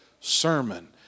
sermon